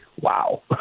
wow